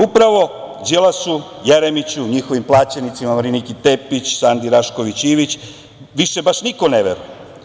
Upravo Đilasu, Jeremiću, njihovim plaćenicima, Mariniki Tepić, Sandi Rašković Ivić, više baš niko ne veruje.